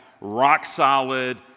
rock-solid